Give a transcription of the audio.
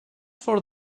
for